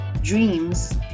dreams